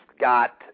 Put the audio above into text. got